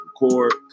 record